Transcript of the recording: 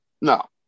no